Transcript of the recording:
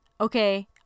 okay